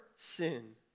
Sin